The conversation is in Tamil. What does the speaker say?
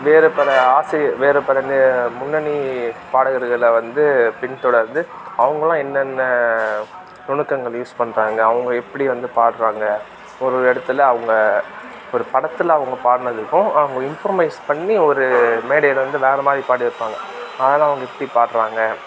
வேறு பல ஆசை வேறு பல முன்னணி பாடகர்களில் வந்து பின்தொடர்ந்து அவங்கள்லாம் என்னென்ன நுணுக்கங்கள் யூஸ் பண்ணுறாங்க அவங்க எப்படி வந்து பாடுறாங்க ஒரு இடத்துல அவங்க ஒரு படத்தில் அவங்க பாடுனதுக்கும் அவங்க இம்ப்ரொமைஸ் பண்ணி ஒரு மேடையில் வந்து வேறு மாதிரி பாடி இருப்பாங்க அதெலாம் அவங்க எப்படி பாடுறாங்க